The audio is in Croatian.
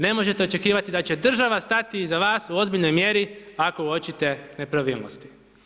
Ne možete očekivati da će država stati iza vas u ozbiljnoj mjeri ako uočite nepravilnosti.